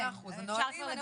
נהלים,